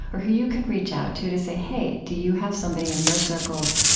or who you could reach out to, to say, hey, do you have somebody in your circles,